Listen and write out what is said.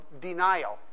denial